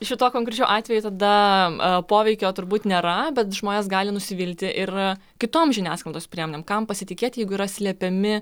šituo konkrečiu atveju tada poveikio turbūt nėra bet žmonės gali nusivilti ir kitom žiniasklaidos priemonėm kam pasitikėti jeigu yra slepiami